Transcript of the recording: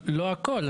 לא הכל,